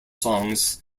songs